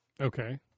Okay